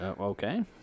Okay